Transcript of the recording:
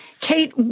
Kate